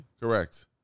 Correct